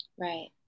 Right